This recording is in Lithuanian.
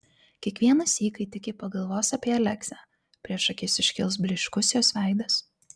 kiekvienąsyk kai tik ji pagalvos apie aleksę prieš akis iškils blyškus jos veidas